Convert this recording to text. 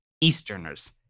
Easterners